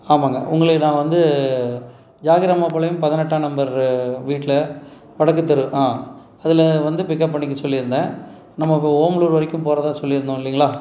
ஆமாம்ங்க உங்களுக்கு நான் வந்து ஜாக்கிரமாபாளையம் பதினெட்டாம் நம்பர் வீட்டில் வடக்குத்தெரு ஆ அதில் வந்து பிக்கப் பண்ணிக்க சொல்லி இருந்தேன் நம்ம இப்போ ஓமலூர் வரைக்கும் போகறதா சொல்லி இருந்தோம் இல்லைங்களா